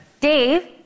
Dave